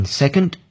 second